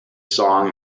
song